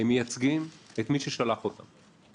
הם מייצגים את מי ששלח אותם.